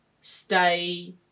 stay